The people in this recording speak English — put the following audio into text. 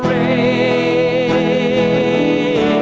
a